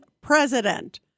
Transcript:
president